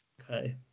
okay